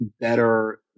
better